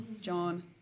John